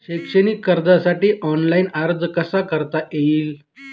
शैक्षणिक कर्जासाठी ऑनलाईन अर्ज कसा करता येईल?